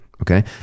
Okay